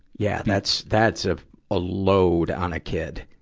yeah, that's, that's ah a load on a kid.